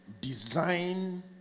design